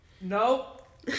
Nope